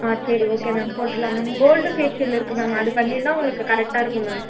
ஆ சரி okay ma'am போட்டிருலாம் ma'am gold facial இருக்குது மேம் அது பண்ணியிருந்தா உங்களுக்கு கரெக்டாக இருக்கும் மேம்